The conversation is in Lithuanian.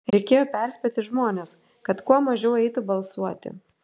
reikėjo perspėti žmones kad kuo mažiau eitų balsuoti